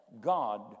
God